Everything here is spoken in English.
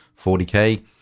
40k